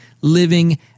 living